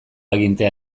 agintea